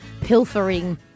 pilfering